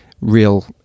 real